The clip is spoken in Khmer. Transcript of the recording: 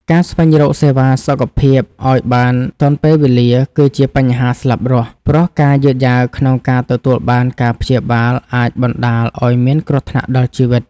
ការស្វែងរកសេវាសុខភាពឱ្យបានទាន់ពេលវេលាគឺជាបញ្ហាស្លាប់រស់ ព្រោះការយឺតយ៉ាវក្នុងការទទួលបានការព្យាបាលអាចបណ្តាលឱ្យមានគ្រោះថ្នាក់ដល់ជីវិត។